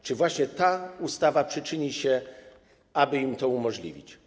Czy właśnie ta ustawa przyczyni się do tego, aby im to umożliwić?